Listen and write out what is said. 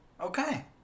Okay